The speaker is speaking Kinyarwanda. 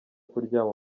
kuryama